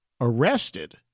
arrested